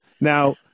Now